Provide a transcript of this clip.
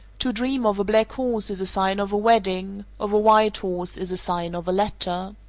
to dream of a black horse is a sign of a wedding of a white horse is a sign of a letter.